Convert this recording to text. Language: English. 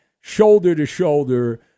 shoulder-to-shoulder